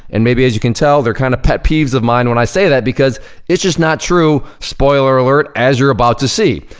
and maybe as you can tell, they're kinda kind of pet peeves of mine when i say that because it's just not true, spoiler alert, as you're about to see.